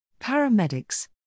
paramedics